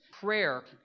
Prayer